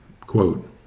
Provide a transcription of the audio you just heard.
quote